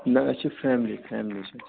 نہ أسۍ چھِ فیملی فیملی چھِ أسۍ